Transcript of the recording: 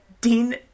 Dean